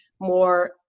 more